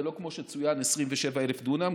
ולא כמו שצוין 27,000 דונם,